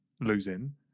losing